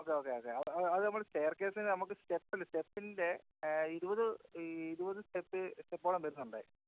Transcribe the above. okay okay okay അ അത് നമ്മൾ സ്റ്റെയർകേസിൻ നമുക്ക് സ്റ്റെപ്പില് സ്റ്റെപ്പിൻ്റെ ഇരുപത് ഇരുപത് സ്റ്റെപ്പ് സ്റ്റെപ്പോളം വരുന്നുണ്ടേ